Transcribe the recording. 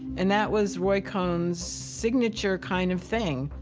and that was roy cohn's signature kind of thing.